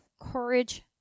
courage